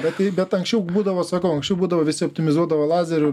bet tai bet anksčiau būdavo sakau anksčiau būdavo visi optimizuodavo lazerių